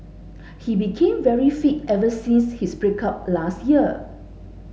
he became very fit ever since his break up last year